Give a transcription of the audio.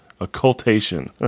Occultation